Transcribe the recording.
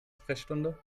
sprechstunde